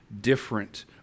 different